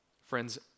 Friends